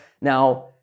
Now